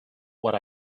what